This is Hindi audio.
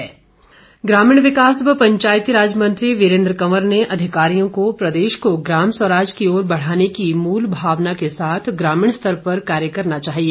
वीरेन्द्र कंवर ग्रामीण विकास व पंचायतीराज मंत्री वीरेन्द्र कंवर ने अधिकारियों को प्रदेश को ग्राम स्वराज की ओर बढ़ाने की मूल भावना के साथ ग्रामीण स्तर पर कार्य करना चाहिए